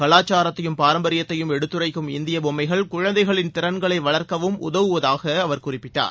கலாச்சாரத்தையும் பாரம்பரியத்தையும் எடுத்துரைக்கும் இந்திய பொம்மைகள் குழந்தைகளின் திறன்களை வளர்க்கவும் உதவுவதாக அவர் குறிப்பிட்டார்